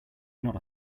not